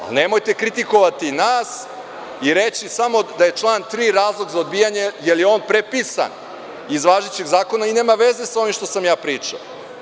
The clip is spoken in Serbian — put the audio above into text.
Nemojte kritikovati nas i reći samo da je član 3. razlog za odbijanje jer je on prepisan iz važećeg Zakona i nema veze sa onim što sam ja pričao.